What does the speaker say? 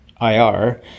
IR